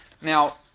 Now